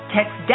Text